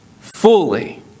fully